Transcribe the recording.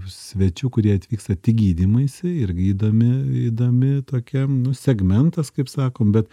svečių kurie atvyksta tik gydymuisi irgi įdomi įdomi tokia nu segmentas kaip sakom bet